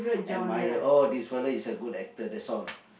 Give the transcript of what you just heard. admire oh this fellow is a good actor that's all